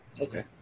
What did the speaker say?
Okay